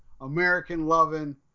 American-loving